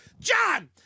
John